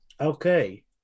Okay